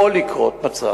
יכול לקרות מצב,